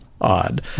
Odd